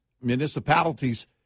municipalities